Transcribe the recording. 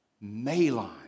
malon